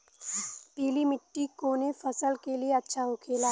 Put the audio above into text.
पीला मिट्टी कोने फसल के लिए अच्छा होखे ला?